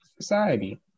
society